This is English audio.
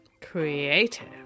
Creative